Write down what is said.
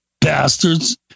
bastards